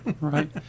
Right